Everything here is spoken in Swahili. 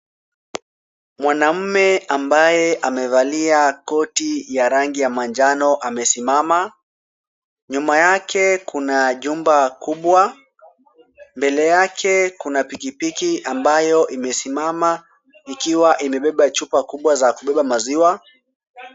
Mwanamume ambaye amevalia koti ya rangi ya manjano amesimama, nyuma yake kuna jumba kubwa, mbele yake kuna pikipiki ambayo imesimama, ikiwa imebeba chupa kubwa za kubeba maziwa.